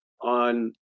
on